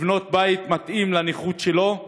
לבנות בית מתאים לנכות שלו.